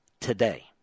today